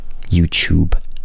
youtube